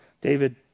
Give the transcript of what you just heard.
David